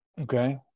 Okay